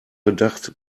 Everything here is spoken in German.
gedacht